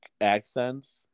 accents